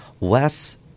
less